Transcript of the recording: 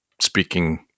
speaking